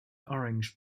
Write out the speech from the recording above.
orange